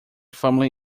family